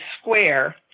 square